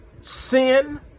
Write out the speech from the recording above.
sin